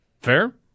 Fair